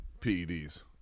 PEDs